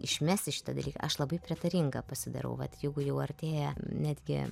išmesti šitą dalyką aš labai prietaringa pasidarau vat jeigu jau artėja netgi